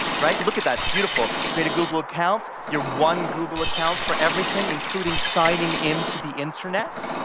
right, look at that, it's beautiful, create a google account, your one google account for everything including signing into the internet.